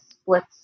splits